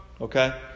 Okay